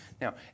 Now